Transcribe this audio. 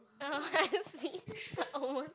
oh I see almost